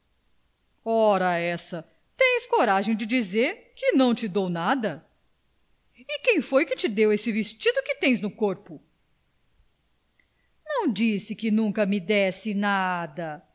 daqui oressa tens coragem de dizer que não te dou nada e quem foi que te deu esse vestido que tens no corpo não disse que nunca me desse nada